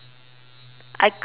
I kena like